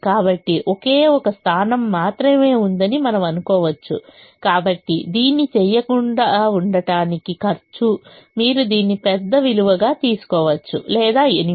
కాబట్టి ఒకే ఒక స్థానం మాత్రమే ఉందని మనము అనుకోవచ్చు కాబట్టి దీన్ని చేయకుండా ఉండటానికి ఖర్చు మీరు దీన్ని పెద్ద విలువగా తీసుకోవచ్చు లేదా 8